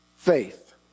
faith